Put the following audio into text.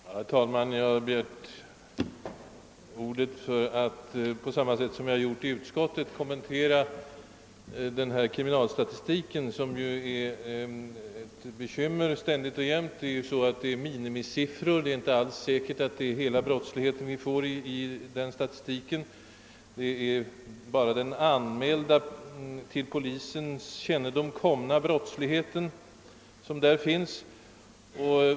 Herr talman! Jag har begärt ordet för att på samma sätt som jag gjort i utskottet kommentera kriminalstatistiken, som ju ständigt är ett bekymmer. De redovisade siffrorna är ju minimisiffror, och det är inte alls säkert att statistiken återspeglar hela brottsligheten. Statistiken grundar sig enbart på den: anmälda brottsligheten, alltså den brottslighet som kommit till polisens kännedom.